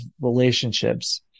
relationships